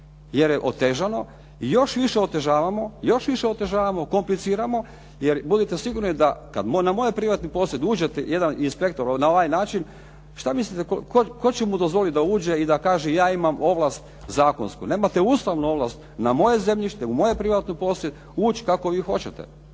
jer je otežano i još više otežavamo, još više otežavamo, kompliciramo jer budite sigurni da kad na moj privatni posjed uđete, jedan inspektor na ovaj način, što mislite tko će mu dozvoliti da uđe i da kaže ja imam ovlast zakonsku? Nemate ustavnu ovlast na moje zemljište na moj privatni posjed ući kako vi hoćete,